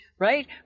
Right